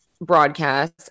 broadcast